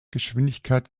geschwindigkeit